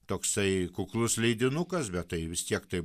toksai kuklus leidinukas bet tai vis tiek tai